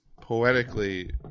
poetically